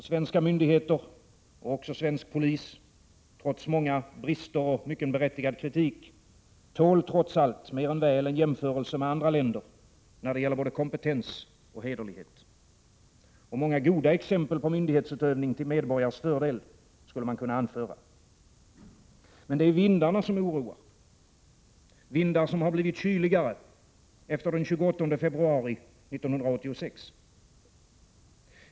Svenska myndigheter och svensk polis tål — trots många brister och mycket kritik som är berättigad — mer än väl en jämförelse med andra länder i fråga om både kompetens och hederlighet. Många goda exempel på myndighetsutövning till medborgares fördel skulle man också kunna anföra. Men det är vindarna som oroar, vindar som har blivit kyligare efter den 28 februari 1986.